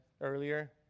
earlier